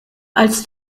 als